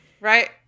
Right